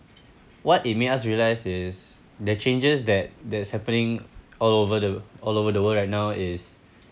what it made us realise is the changes that that's happening all over the all over the world right now is